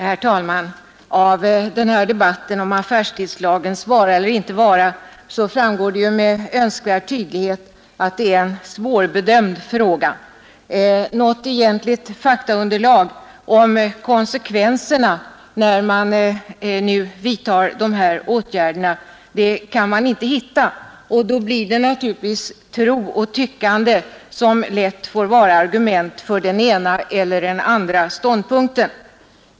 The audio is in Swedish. Herr talman! Av debatten om affärstidslagens vara eller inte vara framgår med önskvärd tydlighet att detta är en svårbedömd fråga. Något egentligt faktaunderlag om konsekvenserna av lagens avskaffande kan man inte hitta, och då blir det naturligtvis lätt så att tro och tyckande får vara argument för den ena eller andra ståndpunkten.